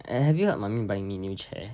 and have you heard mummy buying me new chair